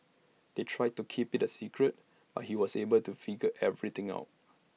they tried to keep IT A secret but he was able to figure everything out